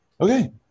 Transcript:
Okay